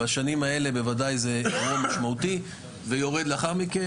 בשנים האלה זה בוודאי מאוד משמעותי ויורד לאחר מכן